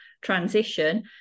transition